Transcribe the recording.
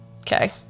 okay